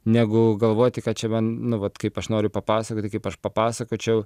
negu galvoti kad čia va nu vat kaip aš noriu papasakoti kaip aš papasakočiau